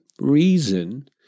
reason